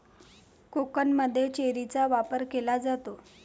केकमध्येही चेरीचा वापर केला जातो